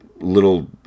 little